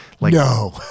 No